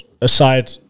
aside